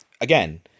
again